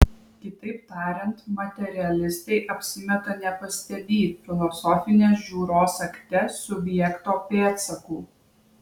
kitaip tariant materialistai apsimeta nepastebį filosofinės žiūros akte subjekto pėdsakų